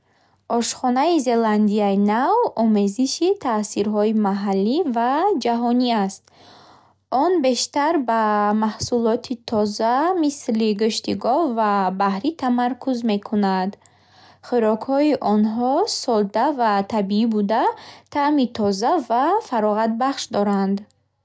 Ошхонаи Зеландияи Нав омезиши таъсирҳои маҳаллӣ ва ҷаҳонӣ аст. Он бештар ба маҳсулоти тоза, мисли гӯшти гов ва баҳрӣ тамаркуз мекунад. Хӯрокҳои онҳо содда ва табиӣ буда, таъми тоза ва фароғатбахш доранд.